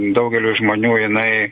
daugelio žmonių jinai